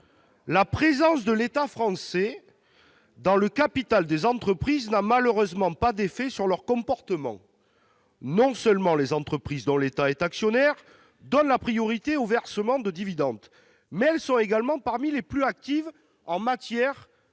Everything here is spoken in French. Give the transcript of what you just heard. La présence de l'État français dans le capital des entreprises n'a malheureusement pas d'effet sur leur comportement. Non seulement les entreprises dont l'État est actionnaire donnent la priorité au versement de dividendes, mais elles sont également parmi les plus actives en matière